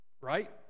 right